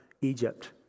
Egypt